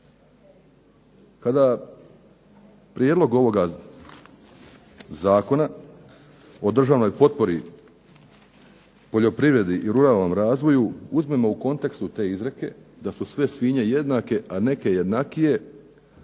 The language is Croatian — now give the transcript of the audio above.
Kada Prijedlog ovoga Zakona o državnoj potpori poljoprivredi i ruralnom razvoju uzmemo u kontekstu te izreke da su sve svinje jednake a neke jednakije